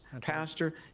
Pastor